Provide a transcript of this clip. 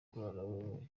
kuraramo